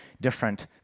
different